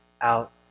out